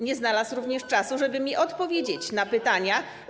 Nie znalazł również czasu, żeby mi odpowiedzieć na pytania.